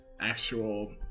actual